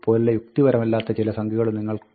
പോലുള്ള യുക്തിപരമല്ലാത്ത ചില സംഖ്യകളും നിങ്ങൾ കാണും